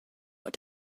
what